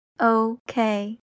okay